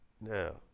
now